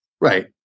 Right